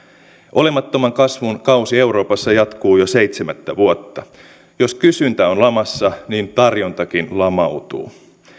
olemattoman kasvun kausi euroopassa jatkuu jo seitsemättä vuotta jos kysyntä on lamassa niin tarjontakin lamautuu